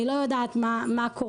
אני לא יודעת מה קורה.